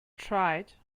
tried